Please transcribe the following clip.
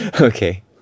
Okay